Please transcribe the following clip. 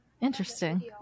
Interesting